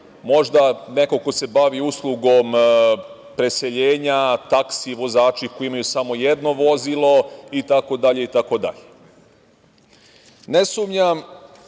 možda neko ko se bavi uslugom preseljena, taksi vozači koji imaju samo jedno vozilo itd? Ne sumnjam